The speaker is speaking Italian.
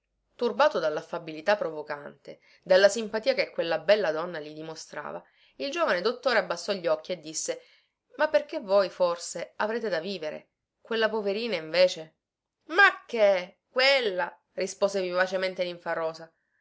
così turbato dallaffabilità provocante dalla simpatia che quella bella donna gli dimostrava il giovane dottore abbasso gli occhi e disse ma perché voi forse avrete da vivere quella poverina invece ma che quella rispose vivacemente